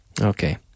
okay